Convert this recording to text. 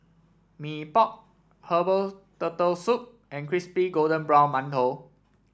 Mee Pok Herbal Turtle Soup and Crispy Golden Brown Mantou